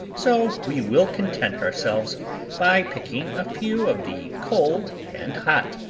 so we will content ourselves by picking a few of the cold and hot,